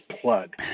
plug